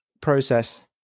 process